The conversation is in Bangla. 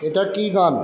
এটা কী গান